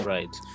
Right